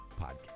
podcast